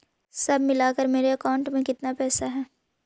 सब मिलकर मेरे अकाउंट में केतना पैसा है?